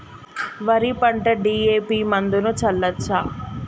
వరి పంట డి.ఎ.పి మందును చల్లచ్చా?